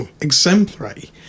exemplary